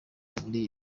muri